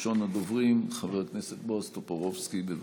ראשון הדוברים, חבר הכנסת בועז טופורובסקי, בבקשה.